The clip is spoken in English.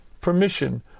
permission